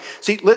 See